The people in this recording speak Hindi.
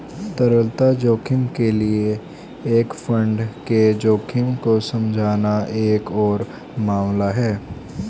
तरलता जोखिम के लिए एक फंड के जोखिम को समझना एक और मामला है